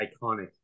Iconic